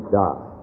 die